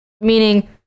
Meaning